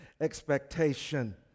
expectation